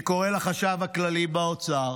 אני קורא לחשב הכללי באוצר